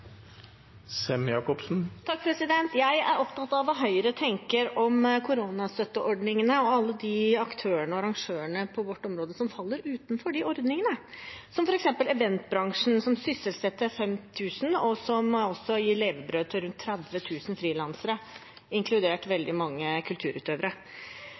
opptatt av hva Høyre tenker om koronastøtteordningene og alle de aktørene og arrangørene på vårt område som faller utenfor de ordningene, som f.eks. eventbransjen, som sysselsetter 5 000, og som gir levebrød til ca. 30 000 frilansere, inkludert veldig mange kulturutøvere.